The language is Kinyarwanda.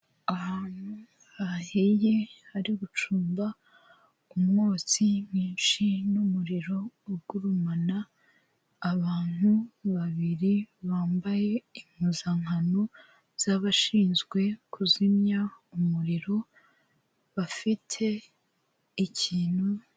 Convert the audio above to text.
Ahantu hahiye hari gucumba umwotsi mwinshi n'umuriro ugurumana, abantu babiri bambaye impuzankano z'abashinzwe kuzimya umuriro bafite ikintu.